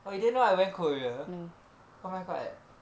oh you didn't know I went korea oh my god